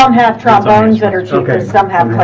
um half half orange letter chokers somehow